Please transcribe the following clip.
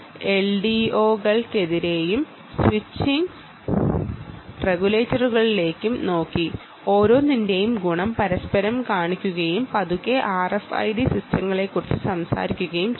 എൽഡിഒയും switching റെഗുലേറ്ററുകളും കണ്ടായിരുന്നു ഓരോന്നിന്റെയും ഗുണം പരസ്പരം കാണിക്കുകയും പതുക്കെ RFID സിസ്റ്റങ്ങളെക്കുറിച്ച് സംസാരിക്കുകയും ചെയ്തു